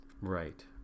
Right